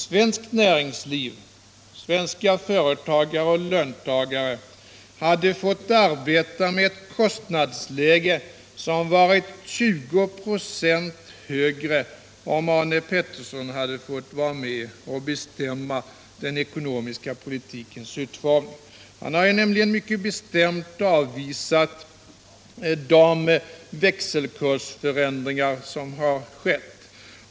Svenskt näringsliv, svenska företagare och svenska löntagare hade fått arbeta med ett 20 24 högre kostnadsläge, om Arne Pettersson fått vara med och bestämma den ekonomiska politikens utformning. Han har nämligen mycket bestämt avvisat de växelkursförändringar som har skett.